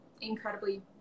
incredibly